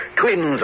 Twins